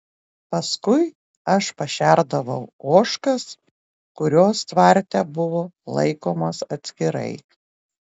paskui aš pašerdavau ožkas kurios tvarte buvo laikomos atskirai